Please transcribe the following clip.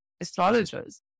astrologers